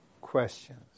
questions